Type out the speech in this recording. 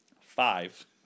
Five